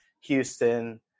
Houston